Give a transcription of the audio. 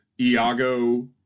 Iago